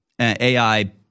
AI